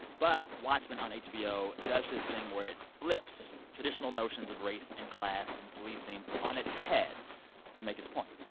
but watchmen on hbo does this thing where it flips traditional notions of race and class and policing on its head to make its point.